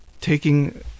taking